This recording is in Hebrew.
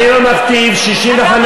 אני לא מכתיב, אתה מכתיב.